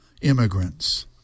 immigrants